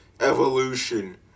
evolution